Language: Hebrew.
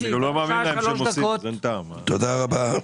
תודה רבה.